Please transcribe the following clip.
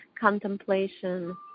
contemplation